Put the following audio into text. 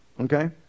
Okay